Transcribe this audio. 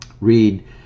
Read